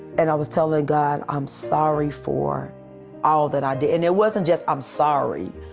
and i was telling god, i'm sorry for all that i did. and it wasn't just, i'm sorry.